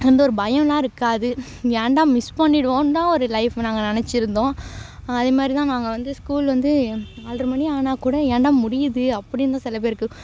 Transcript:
அந்த ஒரு பயம்லாம் இருக்காது ஏன்டா மிஸ் பண்ணிடுவோம் தான் ஒரு லைஃப் நாங்கள் நெனைச்சிருந்தோம் அதே மாதிரி தான் நாங்கள் வந்து ஸ்கூல் வந்து நால்ரை மணி ஆனால் கூட ஏன்டா முடியுது அப்படின்னு தான் சில பேருக்கு